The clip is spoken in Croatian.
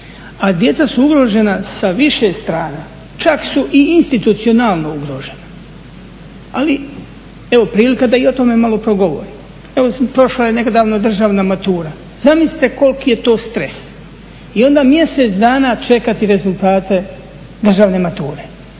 a djeca su ugrožena sa više strana, čak su i institucionalno ugrožena. Ali evo prilika da i o tome malo progovorimo. Prošla je nedavno državna matura. Zamislite koliki je to stres i onda mjesec dana čekati rezultate državne mature